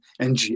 NG